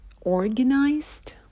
organized